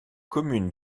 commune